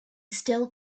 still